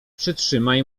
przytrzymaj